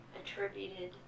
attributed